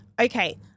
Okay